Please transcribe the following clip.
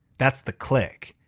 that's the click.